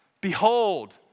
Behold